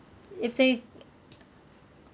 if they